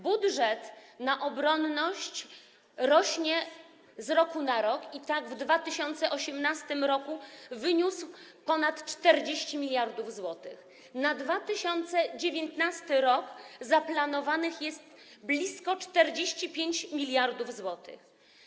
Budżet na obronność rośnie z roku na rok i tak w 2018 r. wyniósł ponad 40 mld zł, na 2019 r. zaplanowanych jest blisko 45 mld zł.